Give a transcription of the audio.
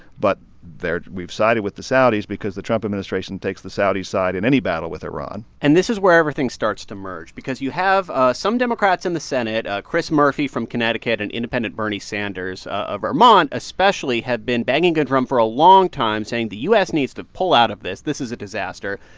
but we've sided with the saudis because the trump administration takes the saudi side in any battle with iran and this is where everything starts to merge because you have ah some democrats in the senate chris murphy from connecticut and independent bernie sanders of vermont, especially, have been banging the drum for a long time, saying the u s. needs to pull out of this. this is a disaster.